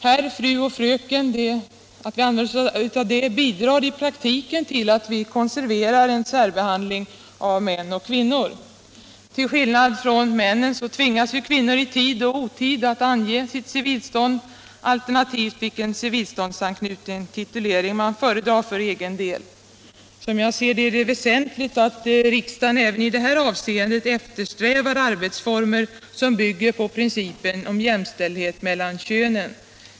Det förhållandet att vi använder titlarna herr, fru och fröken bidrar i praktiken till att vi konserverar en särbehandling av män och kvinnor. Till skillnad från männen tvingas kvinnor i tid och otid att ange sitt civilstånd, alternativt vilken civilståndsanknuten titulering man föredrar för egen del. Som jag ser det är det väsentligt att riksdagen även i detta avseende eftersträvar arbetsformer som bygger på principen om jämställdhet mellan könen.